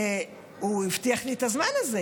הוא הבטיח לי את הזמן הזה.